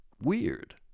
weird